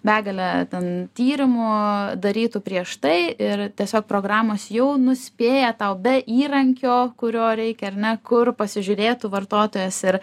begalę ten tyrimų darytų prieš tai ir tiesiog programos jau nuspėja tau be įrankio kurio reikia ar ne kur pasižiūrėtų vartotojas ir